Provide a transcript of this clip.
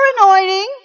anointing